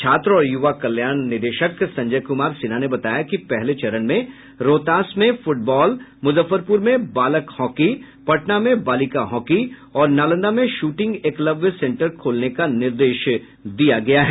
छात्र और युवा कल्याण निदेशक संजय कुमार सिन्हा ने बताया कि पहले चरण में रोहतास में फुटबाल मुजफ्फरपुर में बालक हाकी पटना में बालिका हाकी और नालंदा में शूटिंग एकलव्य सेंटर खोलने का निर्देश दिये गये हैं